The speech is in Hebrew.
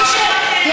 כבוד השרה,